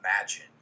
imagine